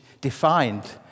defined